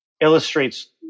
illustrates